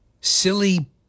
silly